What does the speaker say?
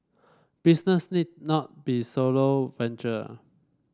business need not be solo venture